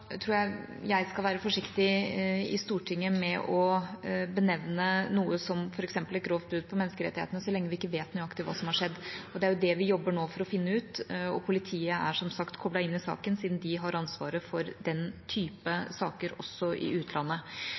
tror jeg jeg skal være forsiktig i Stortinget med å benevne noe som f.eks. et grovt brudd på menneskerettighetene, så lenge vi ikke vet nøyaktig hva som har skjedd. Det er jo det vi nå jobber med for å finne ut, og politiet er som sagt koblet inn i saken, siden de har ansvaret for den type saker også i utlandet.